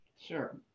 Sure